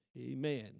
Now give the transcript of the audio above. Amen